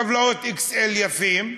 טבלאות "אקסל" יפות,